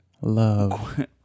love